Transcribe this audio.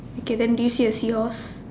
okay then do you see a seahorse